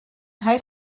nghae